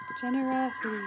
Generosity